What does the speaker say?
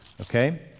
Okay